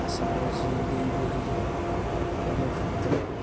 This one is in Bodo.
आसामाव जि दै बोहैयो ब्रह्मपुत्र